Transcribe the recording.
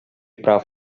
прав